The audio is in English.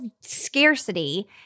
scarcity